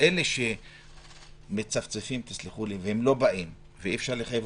אלה שמצפצפים ולא באים ואי אפשר לחייב